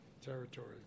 territory